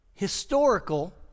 historical